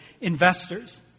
investors